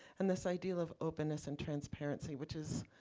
and this idea of openness and transparency, which is